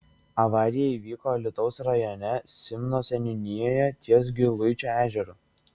avarija įvyko alytaus rajone simno seniūnijoje ties giluičio ežeru